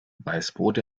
weißbrot